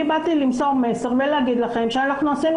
באתי למסור מסר ולהגיד לכם שאנחנו עשינו